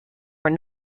were